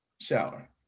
Shower